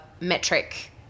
metric